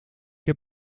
heb